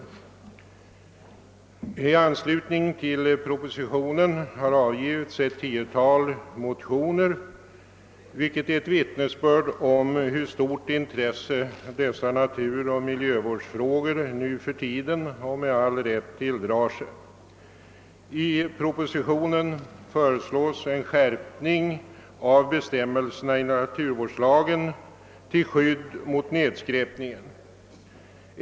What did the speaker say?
"IT anslutning till propositionen har avgivits ett tiotal motioner, vilket är ett vittnesbörd om hur stort intresse dessa 'haturoch miljövårdsfrågor nu för tiden med all rätt tilldrar sig. '1 propositionen föreslås en skärpning av bestämmelserna i naturvårdslagen till skydd mot nedskräpning.